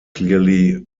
clearly